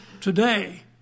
today